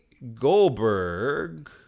goldberg